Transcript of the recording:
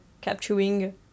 capturing